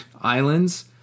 islands